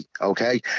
okay